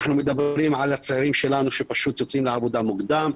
אנחנו מדברים על הצעירים שלנו שפשוט יוצאים לעבודה מוקדם.